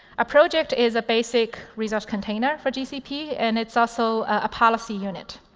a project is a basic resource container for gcp, and it's also a policy unit.